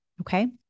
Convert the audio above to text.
Okay